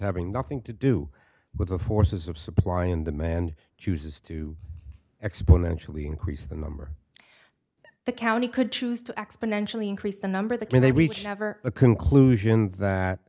having nothing to do with the forces of supply and demand chooses to exponentially increase the number the county could choose to exponentially increase the number that when they reach over a conclusion that